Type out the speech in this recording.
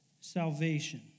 salvation